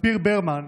ספיר ברמן,